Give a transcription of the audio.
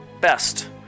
best